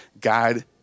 God